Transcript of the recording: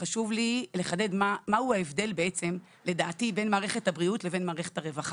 חשוב לי לחדד מהו ההבדל לדעתי בין מערכת הבריאות לבין מערכת הרווחה.